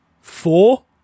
four